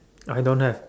I don't have